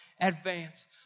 advance